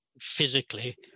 physically